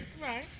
Right